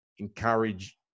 encourage